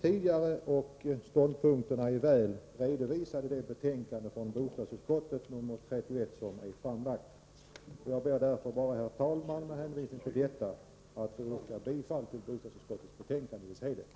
tidigare, och ståndpunkterna är klart redovisade i det betänkande, nr 31, som bostadsutskottet har framlagt. Herr talman! Med hänvisning till detta ber jag att få yrka bifall till bostadsutskottets hemställan i dess helhet.